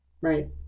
right